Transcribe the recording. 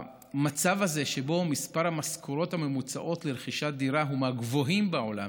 המצב הזה שבו מספר המשכורות הממוצע לרכישת דירה הוא מהגבוהים בעולם